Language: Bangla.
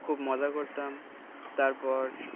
খুব মজা করতাম তারপর